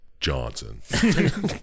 Johnson